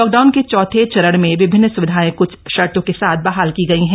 lockdown के चौथे चरण में विभिन्न सुविधाएं क्छ शर्तों के साथ बहाल की गई हैं